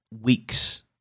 weeks